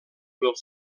del